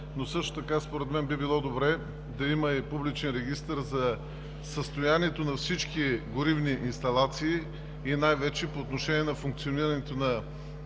но също така според мен би било добре да има и публичен регистър за състоянието на всички горивни инсталации и най-вече по отношение на функционирането на